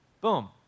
Boom